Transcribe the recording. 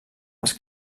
els